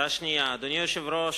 הודעה שנייה: אדוני היושב-ראש,